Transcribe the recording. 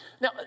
Now